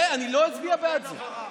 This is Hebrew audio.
אני לא אצביע בעד זה.